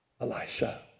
Elisha